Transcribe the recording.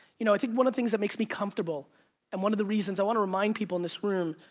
you know, i think one of the things that makes me comfortable and one of the reasons i want to remind people in this room,